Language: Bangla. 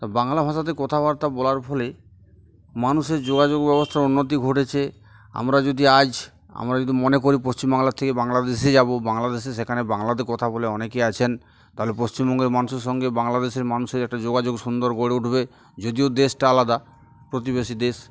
তা বাংলা ভাষাতে কথাবার্তা বলার ফলে মানুষের যোগাযোগ ব্যবস্থার উন্নতি ঘটেছে আমরা যদি আজ আমরা যদি মনে করি পশ্চিম বাংলার থেকে বাংলাদেশে যাব বাংলাদেশে সেখানে বাংলাতে কথা বলে অনেকেই আছেন তাহলে পশ্চিমবঙ্গের মানুষের সঙ্গে বাংলাদেশের মানুষের একটা যোগাযোগ সুন্দর গড়ে উঠবে যদিও দেশটা আলাদা প্রতিবেশী দেশ